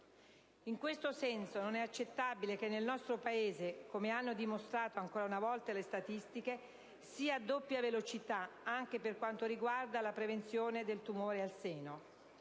In questo senso, non è accettabile che il nostro Paese, come hanno dimostrato ancora una volta le statistiche, sia a doppia velocità anche per quanto riguarda la prevenzione del tumore al seno.